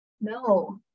No